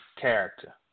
character